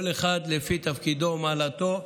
כל אחד לפי תפקידו ומעלתו,